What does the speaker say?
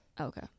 okay